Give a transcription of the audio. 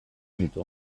ditu